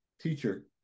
teacher